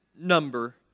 number